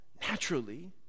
naturally